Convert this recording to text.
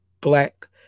Black